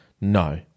No